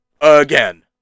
again